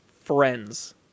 friends